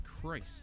Christ